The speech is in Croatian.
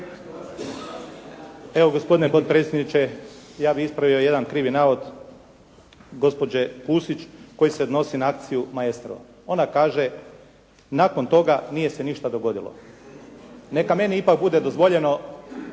Evo gospodine potpredsjedniče, ja bih ispravio jedan krivi navod gospođe Pusić koji se odnosi na akciju "Maestro". Ona kaže nakon toga nije se ništa dogodilo. Neka meni ipak bude dozvoljeno